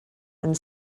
and